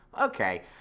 okay